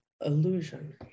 illusion